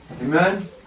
Amen